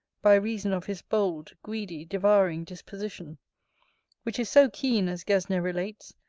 by reason of his bold, greedy, devouring, disposition which is so keen, as gesner relates,